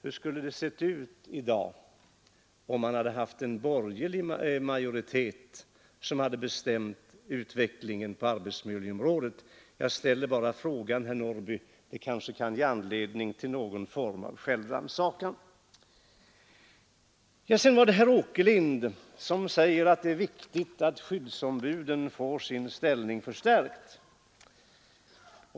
Hur skulle det ha sett ut i dag om man haft en borgerlig majoritet som hade bestämt utvecklingen på arbetsmiljöområdet? Jag ställer bara frågan, herr Norrby. Det kanske kan ge anledning till någon form av självrannsakan. Herr Åkerlind säger att det är viktigt att skyddsombuden får sin ställning förstärkt.